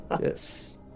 Yes